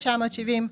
970,